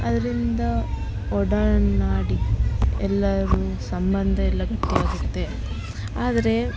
ಅದರಿಂದ ಒಡನಾಡಿ ಎಲ್ಲಾರು ಸಂಬಂಧ ಎಲ್ಲಾ ಗಟ್ಟಿ ಆಗುತ್ತೆ ಆದರೆ